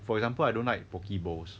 for example I don't like poke bowls